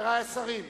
חברי השרים,